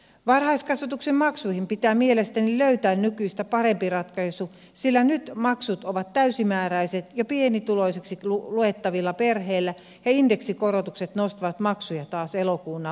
varhaiskasvatuksen maksuihin pitää mielestäni löytää nykyistä parempi ratkaisu sillä nyt maksut ovat täysimääräiset jo pienituloisiksi luettavilla perheillä ja indeksikorotukset nostavat maksuja taas elokuun alussa